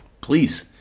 Please